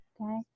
okay